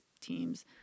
teams